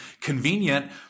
convenient